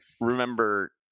remember